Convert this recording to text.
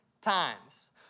times